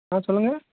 ஆ சொல்லுங்கள்